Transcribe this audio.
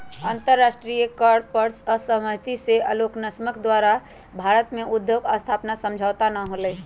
अंतरराष्ट्रीय कर पर असहमति से एलोनमस्क द्वारा भारत में उद्योग स्थापना समझौता न होलय